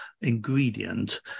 ingredient